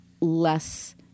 less